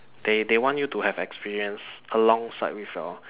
they they want you to have experience alongside with your